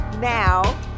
now